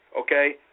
okay